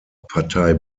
partei